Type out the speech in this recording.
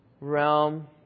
realm